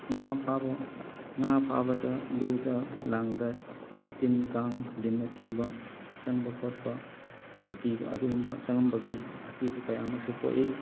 ꯉꯥ ꯐꯥꯕ ꯉꯥ ꯐꯥꯕꯗ ꯂꯨꯗ ꯂꯥꯡꯗ ꯇꯤꯟ ꯀꯥꯡ ꯂꯤꯟꯅꯆꯤꯡꯕ ꯆꯪꯕ ꯈꯣꯠꯄ ꯑꯀꯤꯕ ꯑꯗꯨꯒꯨꯝꯕ ꯆꯪꯉꯝꯕꯒꯤ ꯑꯀꯤꯕ ꯀꯌꯥ ꯑꯃꯁꯨ ꯄꯣꯛꯏ